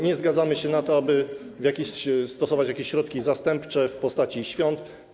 Nie zgadzamy się na to, aby stosować jakieś środki zastępcze w postaci świąt.